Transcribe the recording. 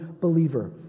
believer